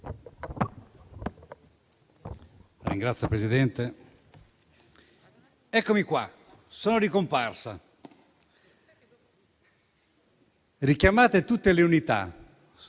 eccomi qua, sono ricomparsa; richiamate tutte le unità,